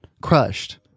crushed